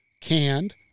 canned –